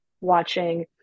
watching